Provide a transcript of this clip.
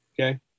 Okay